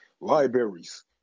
libraries